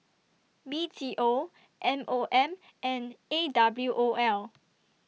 B T O M O M and A W O L